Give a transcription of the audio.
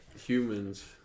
humans